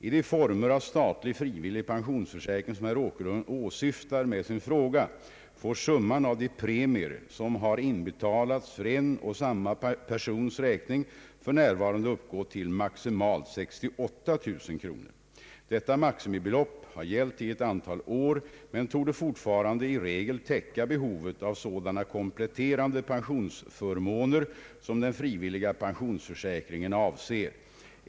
I de former av statlig frivillig pensionsförsäkring som herr Åkerlund åsyftar med sin fråga får summan av de premier som har inbetalats för en och samma persons räkning för närvarande uppgå till maximalt 68 000 kronor. Detta maximibelopp har gällt i ett antal år men torde fortfarande i regel täcka behovet av sådana kompletterande pensionsförmåner som den frivilliga pensionsförsäkringen avser.